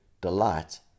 delight